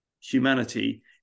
humanity